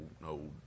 no